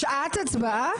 שעת הצבעה?